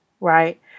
right